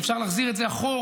שאפשר להחזיר את זה אחורה,